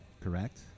correct